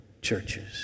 churches